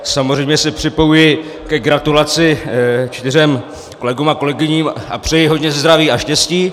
Samozřejmě se připojuji ke gratulaci čtyřem kolegům a kolegyním a přeji hodně zdraví a štěstí.